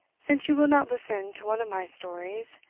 since you will not listen to one of my stories,